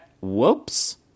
whoops